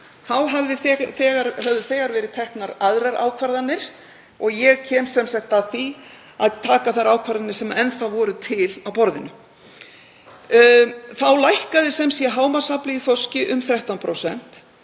Þá höfðu þegar verið teknar aðrar ákvarðanir og ég kem sem sagt að því að taka þær ákvarðanir sem enn voru til á borðinu. Þá lækkaði hámarksafli í þorski um 13%